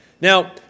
Now